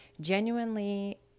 genuinely